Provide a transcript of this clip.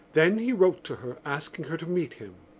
then he wrote to her asking her to meet him.